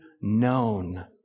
known